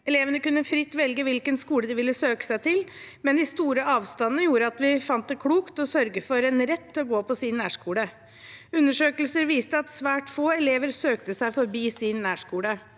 Elevene kunne fritt velge hvilken skole de ville søke seg til, men de store avstandene gjorde at vi fant det klokt å sørge for en rett til å gå på en nærskole. Undersøkelser viste at svært få elever søkte seg forbi sin nærskole.